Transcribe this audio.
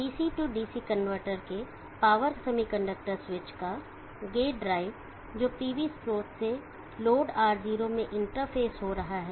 DC DC converter के power semiconductor switch का gate drive जो PV स्रोत से लोड R0 में इंटरफेस हो रहा है